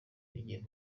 rigiye